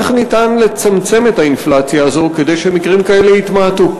איך ניתן לצמצם את האינפלציה הזאת כדי שמקרים כאלה יתמעטו?